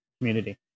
Community